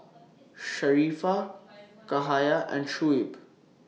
Sharifah Cahaya and Shuib